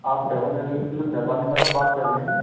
आप travel agency से Shifali madam बात कर रहीं है